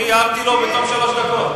אני הערתי לו בתום שלוש דקות.